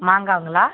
மாங்காங்களா